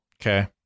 Okay